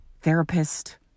therapist